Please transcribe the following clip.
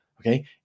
Okay